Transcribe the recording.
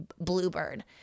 bluebird